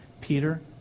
Peter